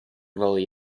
really